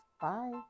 Bye